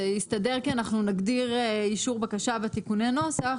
זה יסתדר כי אנחנו נגדיר אישור בקשה בתיקוני הנוסח.